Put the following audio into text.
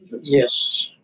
Yes